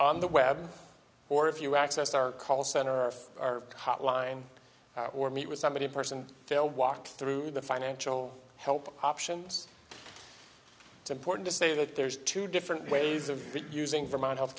on the web or if you access our call center of our hotline or meet with somebody person they'll walk through the financial help options to important to say that there's two different ways of using vermont